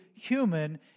human